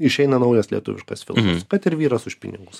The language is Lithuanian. išeina naujas lietuviškas filmas kad ir vyras už pinigus